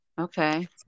Okay